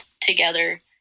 together